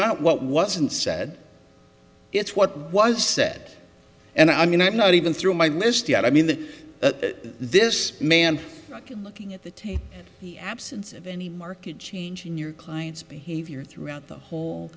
not what wasn't said it's what was said and i mean i'm not even through my list yet i mean this man looking at the tape the absence of any market change in your client's behavior throughout the whole